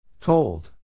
Told